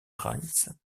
rice